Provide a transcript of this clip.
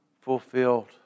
fulfilled